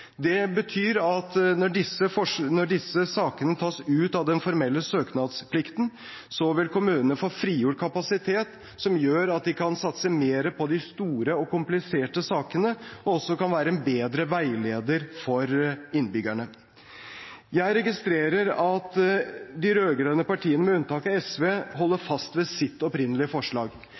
Det betyr at når disse sakene tas ut av den formelle søknadsplikten, vil kommunene få frigjort kapasitet som gjør at de kan satse mer på de store og kompliserte sakene og også kan være en bedre veileder for innbyggerne. Jeg registrerer at de rød-grønne partiene med unntak av SV holder fast ved sitt opprinnelige forslag.